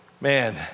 Man